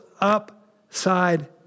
upside